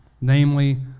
namely